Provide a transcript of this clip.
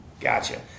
Gotcha